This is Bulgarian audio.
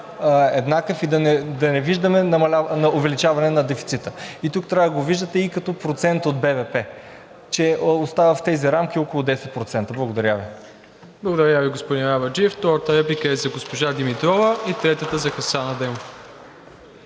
еднакъв и да не виждаме увеличаване на дефицита. И тук трябва да го виждате и като процент от БВП, че остава в тези рамки – около 10%. Благодаря ви. ПРЕДСЕДАТЕЛ МИРОСЛАВ ИВАНОВ: Благодаря Ви, господин Арабаджиев. Втората реплика е за госпожа Димитрова и третата – за Хасан Адемов.